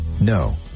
No